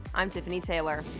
i'm tiffany taylor.